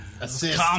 Assist